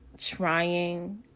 trying